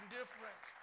different